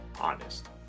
honest